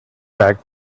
back